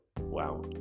Wow